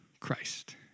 Christ